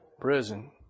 Prison